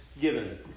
given